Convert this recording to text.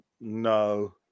no